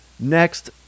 Next